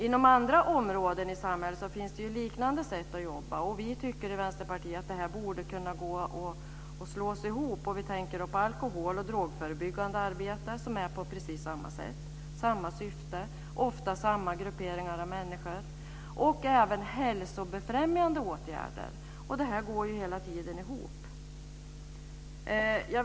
Det finns liknande sätt att arbeta på inom andra områden av vårt samhälle, och vi i Vänsterpartiet tycker att dessa insatser borde kunna slås ihop. Vi tänker då på det alkohol och drogförebyggande arbetet, som bedrivs på precis samma sätt och med samma syfte - ofta med inriktning på samma grupperingar av människor - och även på hälsobefrämjande åtgärder. Dessa insatser går i samma riktning.